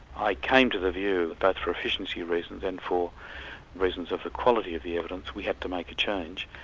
i came to the view both for efficiency reasons and for reasons of the quality of the evidence we had to make a change,